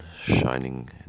shining